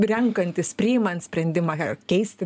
renkantis priimant sprendimą keisti